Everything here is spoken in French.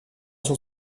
cent